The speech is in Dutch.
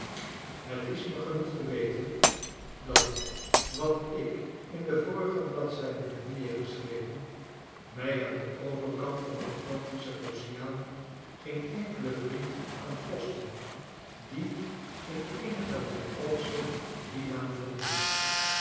het is me genoeg te weten dat wat ik in de vorigen bladzijden heb neergeschreven mij aan den overkant vandenatlantischen oceaan geen enkelen vriend kan kosten die in eenigerlei opzicht dien naam verdient